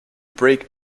break